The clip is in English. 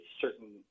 certain